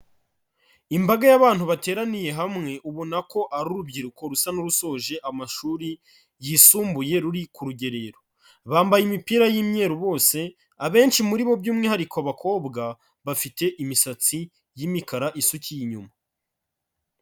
Imbaga y'abantu bateraniye hamwe ubona ko ari urubyiruko rusa n'urusoje amashuri yisumbuye ruri ku rugerero, bambaye imipira y'imyeru bose, abenshi muri bo by'umwihariko abakobwa bafite imisatsi y'imikara isukiye inyuma.